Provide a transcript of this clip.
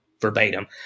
verbatim